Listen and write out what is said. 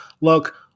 look